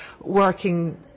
working